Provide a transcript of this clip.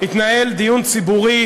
התנהל דיון ציבורי